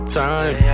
time